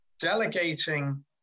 Delegating